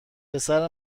پسر